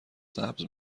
سبز